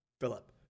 philip